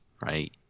right